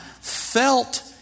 felt